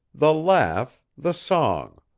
the laugh, the song.